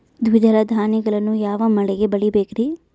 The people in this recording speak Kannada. ದ್ವಿದಳ ಧಾನ್ಯಗಳನ್ನು ಯಾವ ಮಳೆಗೆ ಬೆಳಿಬೇಕ್ರಿ?